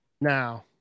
Now